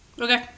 Okay